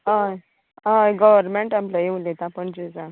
हय हय government employee उलयतां पणजे सान